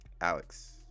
alex